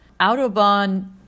Autobahn